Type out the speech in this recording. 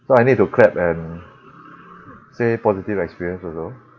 so I need to clap and say positive experience also